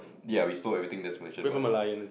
ya we stole everything that's Malaysian but